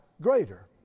greater